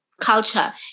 culture